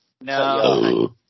No